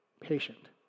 patient